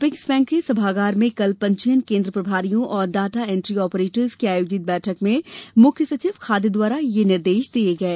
apex bank के सभागार में कल पंजीयन केन्द्र प्रभारियों और डाटा एन्ट्री ऑपरेटर्स की आयोजित बैठक में प्रमुख सचिव खाद्य द्वारा ये निर्देश दिये गये